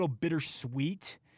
bittersweet